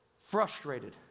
frustrated